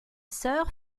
sœurs